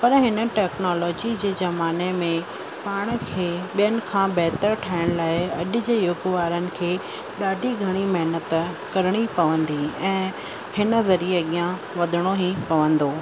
पर हिन टैक्नोलॉजी जे जमाने में पाण खे ॿियनि खां बहितर ठाहिण लाइ अजु जे युग वारनि खे ॾाढी घणी महिनत करिणी पवंदी ऐं हिन वरी अॻियां वधणो ई पवंदो